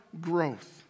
growth